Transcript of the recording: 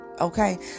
Okay